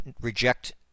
reject